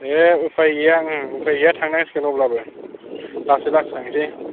दे उफाय गैया उफाय गैया थांनांसिगोन अब्लाबो लासै लासै थांनोसै